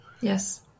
Yes